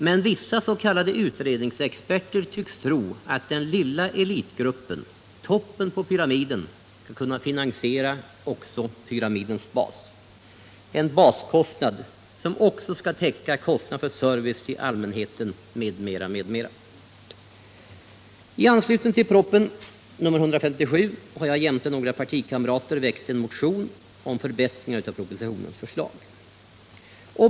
Men vissa s.k. utredningsexperter tycks tro att den lilla elitgruppen, toppen på pyramiden, skall kunna finansiera också pyramidens bas — en baskostnad som även skall täcka kostnaderna för service till allmänheten m.m. I anslutning till propositionen 1976/77:157 har jag jämte några partikamrater väckt en motion om förbättringar av propositionens förslag.